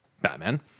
Batman